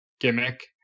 gimmick